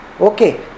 Okay